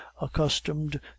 accustomed